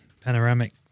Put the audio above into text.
Panoramic